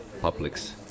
publics